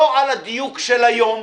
לא על הדיוק של היום,